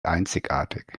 einzigartig